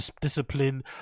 discipline